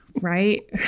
right